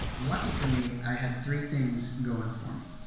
lucky for me, i had three things going for me.